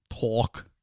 Talk